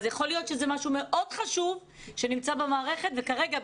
אבל יכול להיות שזה משהו מאוד חשוב שנמצא במערכת וכרגע,